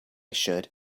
should